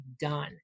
done